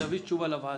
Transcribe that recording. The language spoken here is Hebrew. נא להעביר תשובה לוועדה.